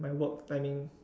my work timing